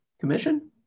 Commission